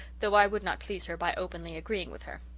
though i would not please her by openly agreeing with her.